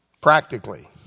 practically